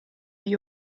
gli